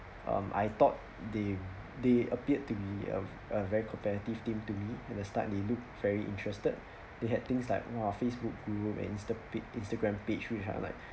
um I thought they they appeared to be a a very competitive team to me at the start they looked very interested they had things like !wah! facebook group and insta pag~ instagram page which I like